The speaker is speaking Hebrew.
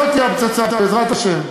זאת תהיה הפצצה, בעזרת השם.